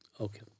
Okay